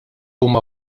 huma